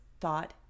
thought